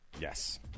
yes